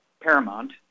paramount